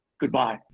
Goodbye